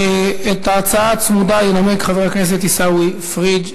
את ההצעה הצמודה ינמק חבר הכנסת עיסאווי פריג'